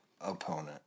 opponent